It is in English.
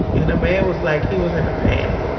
and a man was like he was in a panic.